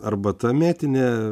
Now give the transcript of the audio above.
arbata mėtinė